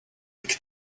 big